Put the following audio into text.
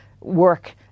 work